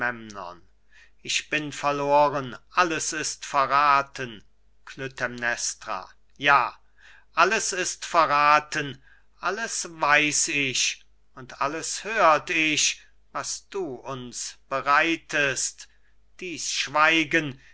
ich bin verloren alles ist verrathen klytämnestra ja alles ist verrathen alles weiß ich und alles hört ich was du uns bereitest dies schweigen